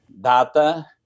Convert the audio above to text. data